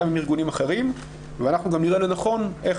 גם עם ארגונים אחרים ואנחנו נראה לנכון איך